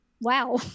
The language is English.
wow